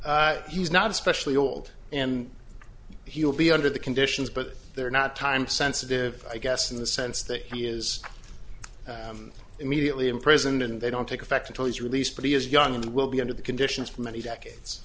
age he's not especially old and he'll be under the conditions but they're not time sensitive i guess in the sense that he is immediately imprisoned and they don't take effect until he's released but he is young and will be under the conditions for many decades